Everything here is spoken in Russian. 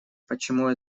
почему